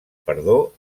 perdó